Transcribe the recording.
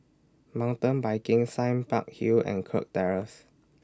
Mountain Biking Sime Park Hill and Kirk Terrace